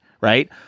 right